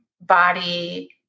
body